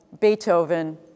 Beethoven